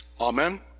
Amen